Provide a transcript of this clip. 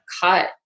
cut